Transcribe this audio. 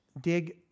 dig